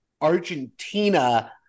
Argentina